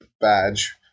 badge